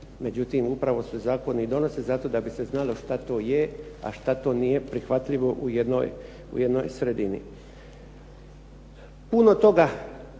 Međutim upravo se zakoni i donose zato da bi se znalo šta to je, a šta to nije prihvatljivo u jednoj sredini. Puno toga